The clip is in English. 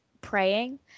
praying